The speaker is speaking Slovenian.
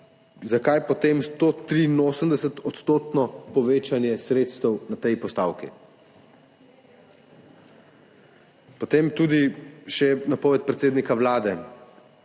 zakaj potem 183-odstotno povečanje sredstev na tej postavki. Potem še napoved predsednika Vlade,